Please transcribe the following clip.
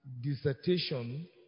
dissertation